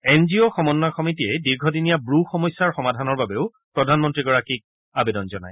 N G O সমন্নয় সমিতিয়ে দীঘদিনীয়া ব্ৰু সমস্যাৰ সমাধানৰ বাবেও প্ৰধানমন্নীগৰাকীক আবেদন জনায়